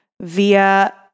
via